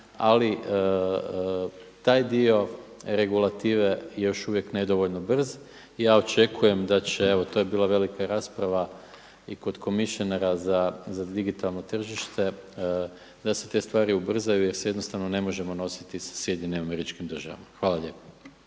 ali taj dio regulative je još uvijek nedovoljno brz. Ja očekujem da će, evo to je bila velika rasprava i kod comisionara za digitalno tržište da se te stvari ubrzaju, jer se jednostavno ne možemo nositi sa Sjedinjenim Američkim Državama. Hvala lijepo.